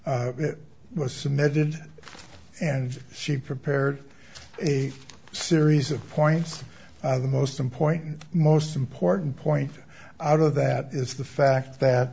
it was submitted and she prepared a series of points the most important most important point out of that is the fact that